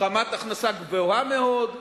ברמת הכנסה גבוהה מאוד,